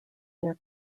their